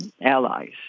allies